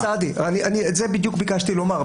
חבר הכנסת סעדי, את זה בדיוק ביקשתי לומר.